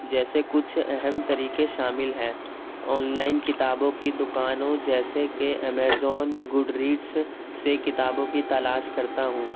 جیسے کچھ اہم طریقے شامل ہیں آن لائن کتابوں کی دکانوں جیسے کہ امیزون گڈ ریڈس سے کتابوں کی تلاش کرتا ہوں